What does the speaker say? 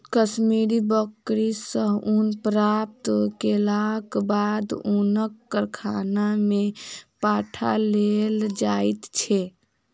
कश्मीरी बकरी सॅ ऊन प्राप्त केलाक बाद ऊनक कारखाना में पठा देल जाइत छै